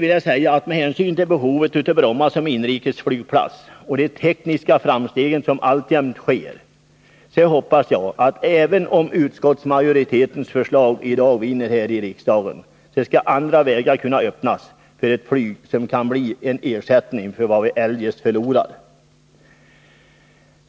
Till sist vill jag — med hänsyn till att Bromma behövs som inrikesflygplats och med hänsyn till de tekniska framsteg som alltjämt görs — uttala förhoppningen att även om utskottsmajoritetens förslag vinner här i riksdagen i dag, så skall andra vägar kunna öppnas för ett flyg som utgör ersättning för vad vi i så fall har förlorat.